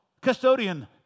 Custodian